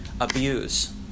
abuse